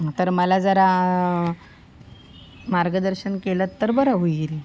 तर मला जरा मार्गदर्शन केलंत तर बरं होईल